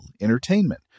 entertainment